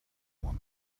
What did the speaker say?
one